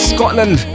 Scotland